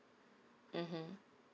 mmhmm